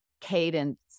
cadence